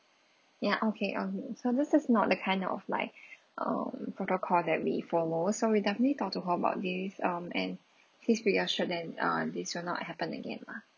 ya okay um so this is not the kind of like um protocol that we follow so we definitely talk to her about this um and please be assured that uh this will not happen again lah